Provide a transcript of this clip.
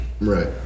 Right